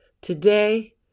Today